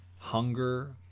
Hunger